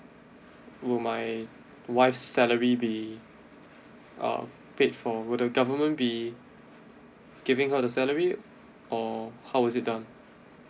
will my wife's salary be uh paid for will the government be giving her the salary or how is it done